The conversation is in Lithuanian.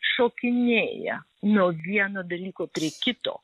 šokinėja nuo vieno dalyko prie kito